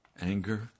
anger